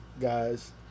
guys